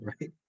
right